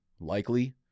likely